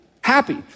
happy